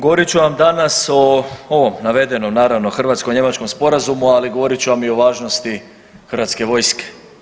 Govorit ću vam danas o ovom navedenom hrvatsko-njemačkom sporazumu, ali govorit ću vam i o važnosti hrvatske vojske.